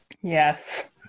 Yes